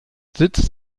sitz